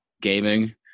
Gaming